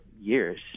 years